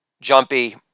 jumpy